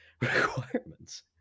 requirements